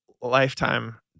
lifetime